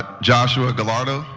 joshua gallardo.